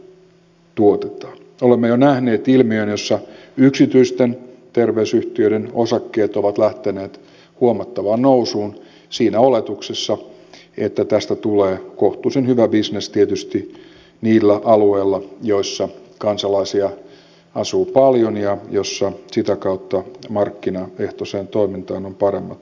olemme jo nähneet ilmiön jossa yksityisten terveysyhtiöiden osakkeet ovat lähteneet huomattavaan nousuun siinä oletuksessa että tästä tulee kohtuullisen hyvä bisnes tietysti niillä alueilla joilla kansalaisia asuu paljon ja joilla sitä kautta markkinaehtoiseen toimintaan on paremmat edellytykset